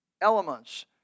Elements